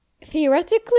Theoretically